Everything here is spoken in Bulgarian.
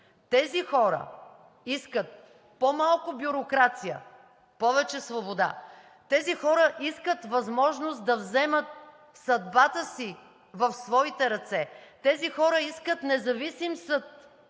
Тези хора искат по-малко бюрокрация, повече свобода. Тези хора искат възможност да вземат съдбата си в своите ръце. Тези хора искат независим съд,